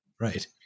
Right